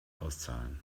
auszahlen